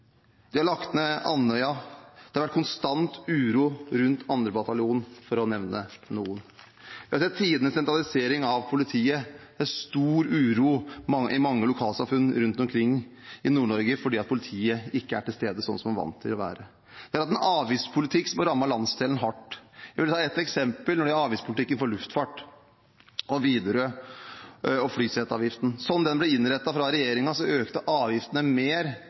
de har lagt ned Andøya, det har vært konstant uro rundt 2. bataljon, for å nevne noe. Vi har sett tidenes sentralisering av politiet, og det er stor uro i mange lokalsamfunn rundt omkring i Nord-Norge fordi politiet ikke er til stede slik de var vant til. Vi har hatt en avgiftspolitikk som har rammet landsdelen hardt. Et eksempel er avgiftspolitikken for luftfart – Widerøe og flyseteavgiften. Slik den ble innrettet fra regjeringen, økte avgiftene mer